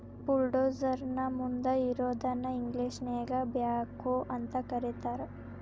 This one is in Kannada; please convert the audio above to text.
ಬುಲ್ಡೋಜರ್ ನ ಮುಂದ್ ಇರೋದನ್ನ ಇಂಗ್ಲೇಷನ್ಯಾಗ ಬ್ಯಾಕ್ಹೊ ಅಂತ ಕರಿತಾರ್